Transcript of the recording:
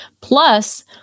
Plus